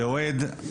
שאוהד,